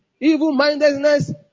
evil-mindedness